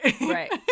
right